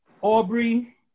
Aubrey